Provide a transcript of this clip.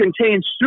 contains